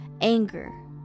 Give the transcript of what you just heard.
Anger